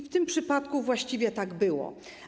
W tym przypadku właściwie tak było.